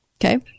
Okay